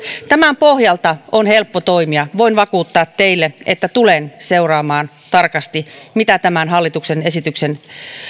tämän pohjalta on helppo toimia voin vakuuttaa teille että tulen seuraamaan tarkasti mitä tämän hallituksen esityksen